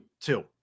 two